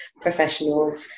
professionals